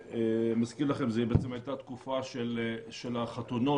זו הייתה תקופה של החתונות